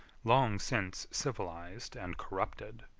long since civilized and corrupted,